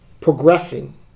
progressing